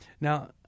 Now